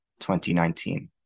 2019